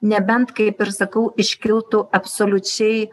nebent kaip ir sakau iškiltų absoliučiai